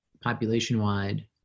population-wide